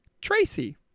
Tracy